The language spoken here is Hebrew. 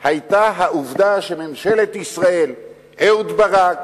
היתה העובדה שממשלת ישראל, אהוד ברק